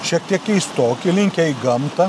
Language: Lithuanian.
šiek tiek keistoki linkę į gamtą